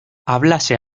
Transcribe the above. hablase